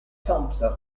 thompson